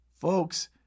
Folks